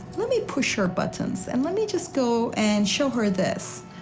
let me push her buttons and let me just go and show her this.